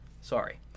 Sorry